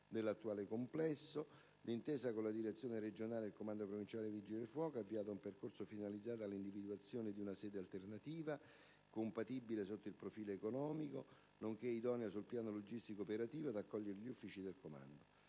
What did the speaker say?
dell'attuale complesso, d'intesa con la Direzione regionale ed il comando provinciale dei vigili del fuoco, ha avviato un percorso finalizzato alla individuazione di una sede alternativa, compatibile sotto il profilo economico, nonché idonea sul piano logistico e operativo ad accogliere gli uffici del comando.